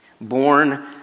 Born